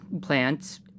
plants